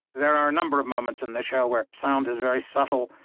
there are a number of moments in the show where sound is very subtle,